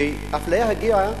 שהאפליה הגיעה